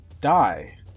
die